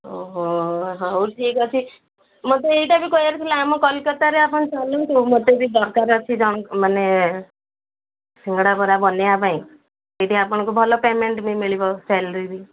ଓହୋ ହଉ ଠିକ୍ ଅଛି ମୋତେ ଏଇଟା ବି କହିବାର ଥିଲା ଆମ କଲିକତାରେ ଆପଣ ଚାଲନ୍ତୁ ମୋତେ ବି ଦରକାର ଅଛି ମାନେ ସିଙ୍ଗଡ଼ା ବରା ବନେଇବା ପାଇଁ ସେଇଠି ଆପଣଙ୍କୁ ଭଲ ପେମେଣ୍ଟ ବି ମିଳିବ ସାଲରୀ ବି